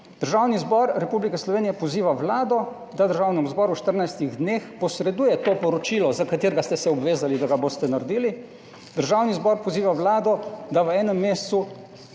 Državni zbor Republike Slovenije poziva Vlado, da Državnemu zboru v 14 dneh posreduje to poročilo, za katerega ste se obvezali, da ga boste naredili. Državni zbor poziva Vlado, da v enem mesecu